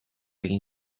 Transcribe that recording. egin